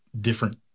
different